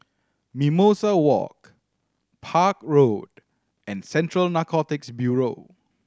Mimosa Walk Park Road and Central Narcotics Bureau